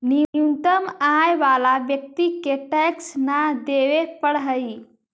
न्यूनतम आय वाला व्यक्ति के टैक्स न देवे पड़ऽ हई